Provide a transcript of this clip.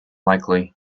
likely